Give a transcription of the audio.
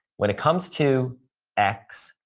when it comes to x,